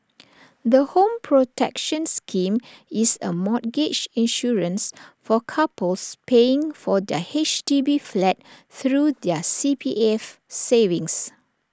the home protection scheme is A mortgage insurance for couples paying for their H D B flat through their C P F savings